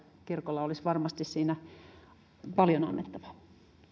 kirkolla varmasti olisi paljon annettavaa